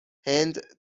هند